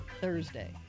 Thursday